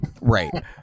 Right